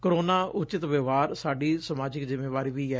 corona ਉਚਿਤ ਵਿਵਹਾਰ ਸਾਡੀ ਸਮਾਜਿਕ ਜਿੰਮੇਵਾਰੀ ਵੀ ਐ